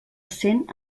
cent